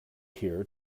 here